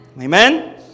Amen